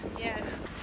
Yes